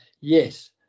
Yes